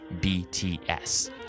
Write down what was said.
BTS